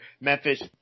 Memphis